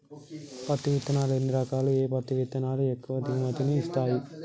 పత్తి విత్తనాలు ఎన్ని రకాలు, ఏ పత్తి విత్తనాలు ఎక్కువ దిగుమతి ని ఇస్తాయి?